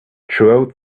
throughout